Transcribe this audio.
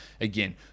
again